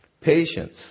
Patience